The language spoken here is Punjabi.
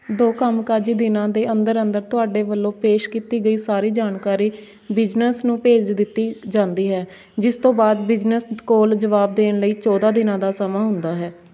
ਦੋ ਕੰਮਕਾਜੀ ਦਿਨਾਂ ਦੇ ਅੰਦਰ ਅੰਦਰ ਤੁਹਾਡੇ ਵੱਲੋਂ ਪੇਸ਼ ਕੀਤੀ ਗਈ ਸਾਰੀ ਜਾਣਕਾਰੀ ਬਿਜ਼ਨਸ ਨੂੰ ਭੇਜ ਦਿੱਤੀ ਜਾਂਦੀ ਹੈ ਜਿਸ ਤੋਂ ਬਾਅਦ ਬਿਜ਼ਨਸ ਕੋਲ ਜਵਾਬ ਦੇਣ ਲਈ ਚੋਦ੍ਹਾਂ ਦਿਨਾਂ ਦਾ ਸਮਾਂ ਹੁੰਦਾ ਹੈ